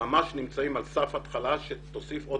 ממש נמצאים על סף התחלה שתוסיף עוד